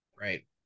Right